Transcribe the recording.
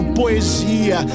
poesia